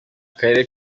karere